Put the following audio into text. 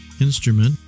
instrument